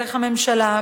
דרך הממשלה,